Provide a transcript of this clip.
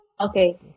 Okay